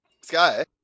sky